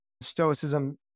Stoicism